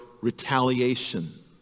retaliation